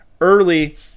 early